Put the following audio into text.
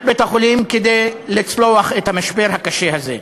בית-החולים כדי לצלוח את המשבר הקשה הזה.